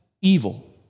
evil